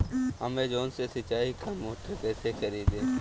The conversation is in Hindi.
अमेजॉन से सिंचाई का मोटर कैसे खरीदें?